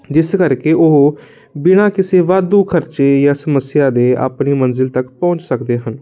ਜਿਸ ਕਰਕੇ ਉਹ ਬਿਨਾਂ ਕਿਸੇ ਵਾਧੂ ਖਰਚੇ ਜਾਂ ਸਮੱਸਿਆ ਦੇ ਆਪਣੀ ਮੰਜ਼ਿਲ ਤੱਕ ਪਹੁੰਚ ਸਕਦੇ ਹਨ